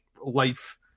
life